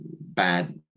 bad